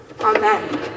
Amen